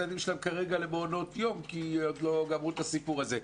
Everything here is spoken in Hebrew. הילדים שלהם כרגע למעונות יום כי עוד לא גמרו את הסיפור הזה.